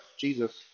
Jesus